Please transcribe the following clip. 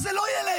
אז זה לא ילך.